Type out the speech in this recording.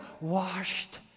washed